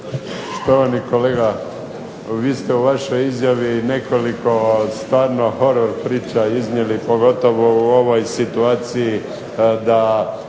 Štovani kolega, vi ste u vašoj izjavi nekoliko stvarno horor priča iznijeli pogotovo u ovoj situaciji da